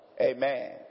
Amen